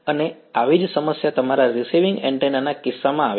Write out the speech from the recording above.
અને આવી જ સમસ્યા તમારા રીસિવિંગ એન્ટેના ના કિસ્સામાં આવે છે